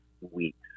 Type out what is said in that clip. weeks